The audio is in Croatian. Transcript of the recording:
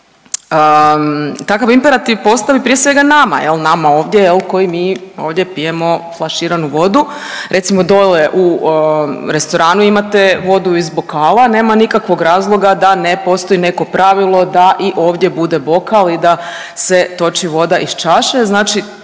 takav imperativ postavi prije svega nama jel, nama ovdje jel koji mi ovdje pijemo flaširanu vodu. Recimo dole u restoranu imate vodu iz bokala, nema nikakvog razloga da ne postoji neko pravilo da i ovdje bude bokal i da se toči voda iz čaše.